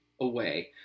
away